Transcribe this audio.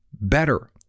better